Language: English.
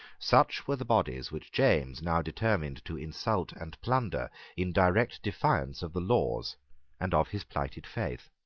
such were the bodies which james now determined to insult and plunder in direct defiance of the laws and of his plighted faith.